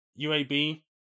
UAB